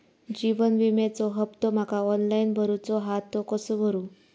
जीवन विम्याचो हफ्तो माका ऑनलाइन भरूचो हा तो कसो भरू?